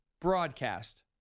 broadcast